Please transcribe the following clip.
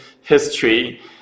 history